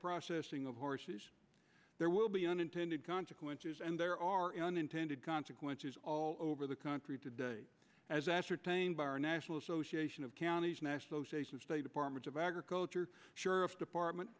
processing of horses there will be unintended consequences and there are unintended consequences all over the country today as ascertained by our national association of counties national state department of agriculture sheriff's department